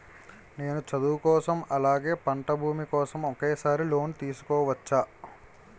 నేను చదువు కోసం అలాగే పంట భూమి కోసం ఒకేసారి లోన్ తీసుకోవచ్చా?